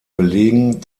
belegen